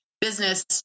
business